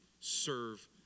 serve